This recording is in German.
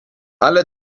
alle